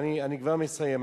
אני כבר מסיים.